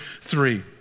three